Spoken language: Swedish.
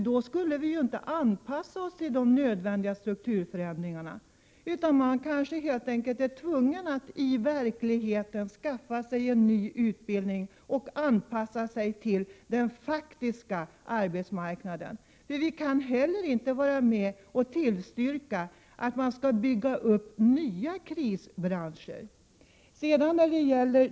Då skulle vi ju inte anpassa oss till de nödvändiga strukturförändringarna. Man kanske helt enkelt är tvungen att i verkligheten skaffa sig en ny utbildning och anpassa sig till den faktiska arbetsmarknaden. Vi kan heller inte vara med och tillstyrka att man skall bygga upp nya krisbranscher.